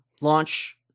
launch